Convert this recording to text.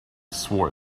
swore